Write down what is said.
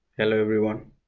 hello, everyone,